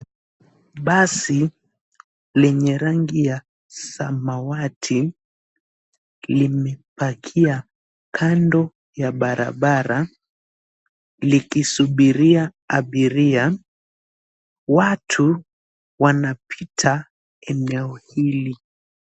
Basi lenye rangi ya samwati limepakiwa kando ya barabara likisubiria abiria. Watu wanapita eneo hili.